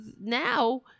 now